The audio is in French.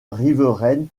riveraines